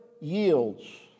yields